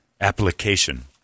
application